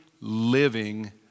living